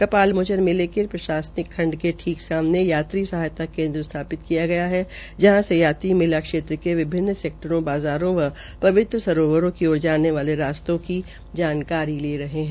क्षाल मोचन मेले के प्राशसनिक खंड की ठीक सामने यात्री निवास केन्द्र स्थापित किये गये है जहां से यात्री मेला क्षेत्र के विभिन्न सेक्टरों बाज़ारों व वित्र सरोवरो की ओर जाने वाले रास्तों की जानकारी हासिल कर रहे है